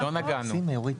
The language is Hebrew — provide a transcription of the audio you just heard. לא נגענו.